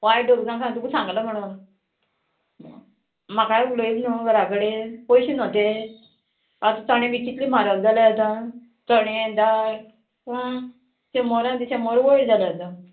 वायट धरूं नाका तुका सांगला म्हणोन म्हाकाय उलयले न्हू घरा कडेन पयशे न्हू ते आतां चणे बी कितले म्हारग जाल्या आतां चणे दाळ आं शंबरांनी शंबर वयर जाले आतां